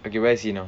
okay where is he now